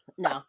No